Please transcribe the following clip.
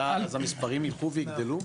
העלייה המספרים ילכו ויגדלו?